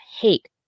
hate